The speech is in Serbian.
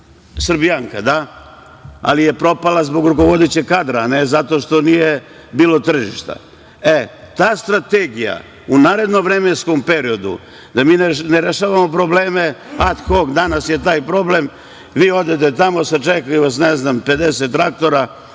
„Srbijanka“, ali je propadala zbog rukovodećeg kadra, a ne zato što nije bilo tržišta. Ta strategija u narednom vremenskom periodu, da mi ne rešavamo probleme ad hok, danas je taj problem, vi odete tamo, sačeka vas 50 traktora,